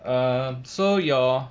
err so your